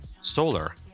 Solar